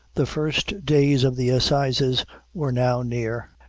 the first days of the assizes were now near,